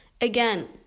Again